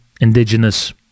indigenous